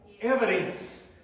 evidence